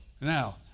Now